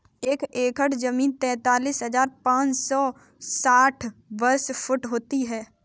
एक एकड़ जमीन तैंतालीस हजार पांच सौ साठ वर्ग फुट होती है